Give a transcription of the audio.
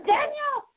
Daniel